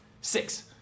six